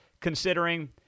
considering